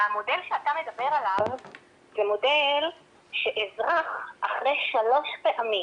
המודל שאתה מדבר עליו זה מודל שאזרח אחרי שלוש פעמים